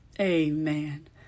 Amen